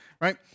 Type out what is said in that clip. right